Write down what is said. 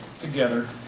together